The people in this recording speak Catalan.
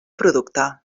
producte